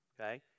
Okay